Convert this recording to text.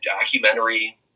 documentary